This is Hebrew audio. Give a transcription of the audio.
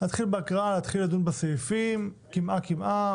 ונדון בסעיפים קמעא-קמעא.